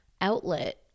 outlet